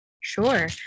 Sure